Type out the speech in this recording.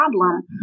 problem